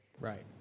right